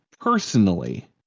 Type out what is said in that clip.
personally